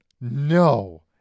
No